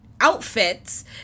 outfits